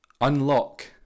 unlock